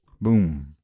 Boom